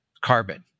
carbon